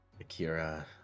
Akira